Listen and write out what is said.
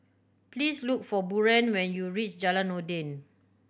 please look for Buren when you reach Jalan Noordin